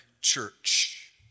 church